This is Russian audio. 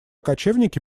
кочевники